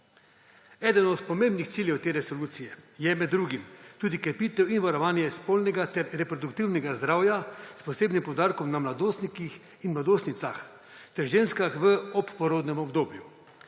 Eden od pomembnih ciljev te resolucije je med drugim tudi krepitev in varovanje spolnega ter reproduktivnega zdravja s posebnim poudarkom na mladostnikih in mladostnicah ter ženskah v obporodnem obdobju.